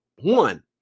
One